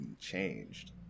changed